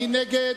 מי נגד?